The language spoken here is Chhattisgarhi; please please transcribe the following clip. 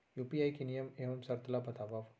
यू.पी.आई के नियम एवं शर्त ला बतावव